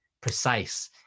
precise